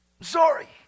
Sorry